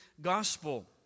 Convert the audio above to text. gospel